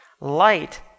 light